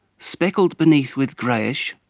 speckled beneath with greyish,